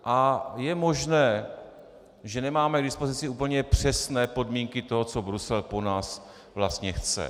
A je možné, že nemáme k dispozici úplně přesné podmínky toho, co Brusel po nás vlastně chce.